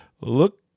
look